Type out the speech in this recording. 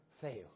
fail